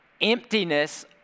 emptiness